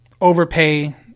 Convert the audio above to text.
overpay